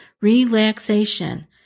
relaxation